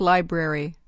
Library